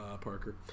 Parker